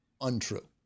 untrue